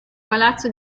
palazzo